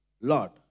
Lord